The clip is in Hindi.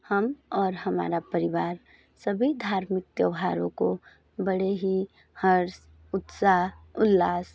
हम और हमारा परिवार सभी धार्मिक त्यौहारों को बड़े ही हर्ष उत्साह उल्लास